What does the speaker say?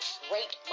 great